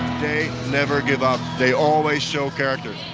they never give up. they always show character.